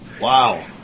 Wow